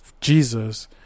jesus